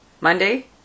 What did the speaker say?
Monday